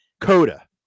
Coda